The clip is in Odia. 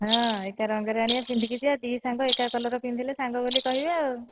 ହଁ ଏକା ରଙ୍ଗର ଆଣିବା ପିନ୍ଧିକି ଯିବା ଦୁଇ ସାଙ୍ଗ ଏକା କଲର୍ର ପିନ୍ଧିଲେ ସାଙ୍ଗ ବୋଲି କହିବେ ଆଉ